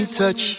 touch